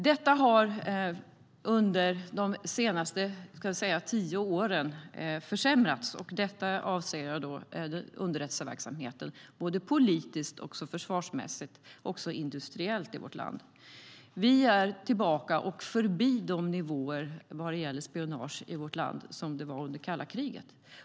Detta har under de senaste, ska vi säga, tio åren försämrats. Med detta avser jag då underrättelseverksamheten, politiskt, försvarsmässigt och industriellt i vårt land. Vi är tillbaka vid och förbi de nivåer när det gäller spionage i vårt land som rådde under kalla kriget.